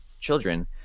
children